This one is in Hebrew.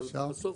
אבל בסוף